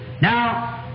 Now